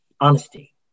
honesty